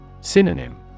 Synonym